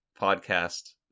podcast